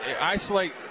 isolate